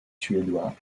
suédois